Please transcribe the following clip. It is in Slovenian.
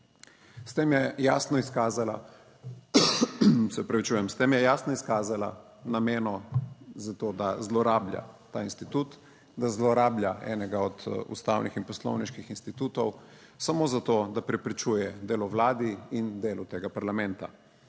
s tem je jasno izkazala namero za to, da zlorablja ta institut, da zlorablja enega od ustavnih in poslovniških institutov, samo za to, da preprečuje delo Vladi in del tega parlamenta,